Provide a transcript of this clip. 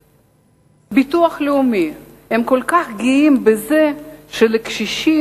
ביטוח לאומי, הם כל כך גאים בזה שלקשישים